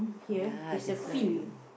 ya that's why